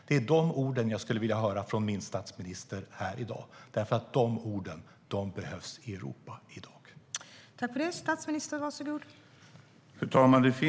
Det är de orden jag skulle vilja höra från min statsminister här i dag, för de orden behövs i Europa i dag.